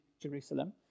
Jerusalem